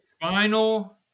Final